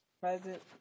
Present